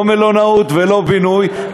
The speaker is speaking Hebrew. לא מלונאות ולא בינוי,